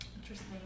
Interesting